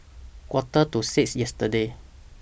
Quarter to six yesterday